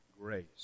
grace